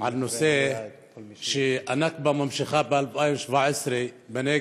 על כך שהנכבה נמשכת ב-2017 בנגב,